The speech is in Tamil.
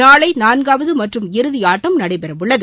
நாளை நான்காவது மற்றும் இறுதி ஆட்டம் நடைபெறவுள்ளது